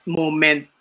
moment